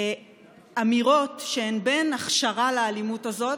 אמירות שהן בין הכשרה לאלימות הזאת,